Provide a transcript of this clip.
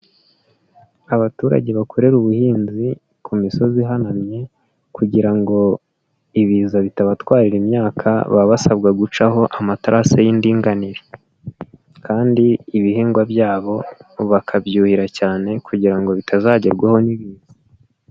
Abaturage bakorera ubuhinzi ku misozi ihanamye kugira ngo ibiza bitabatwarira imyaka baba basabwa gucaho amatarase y'indinganire kandi ibihingwa byabo bakabyuhira cyane kugira ngo bitazagerwaho n'ibiza.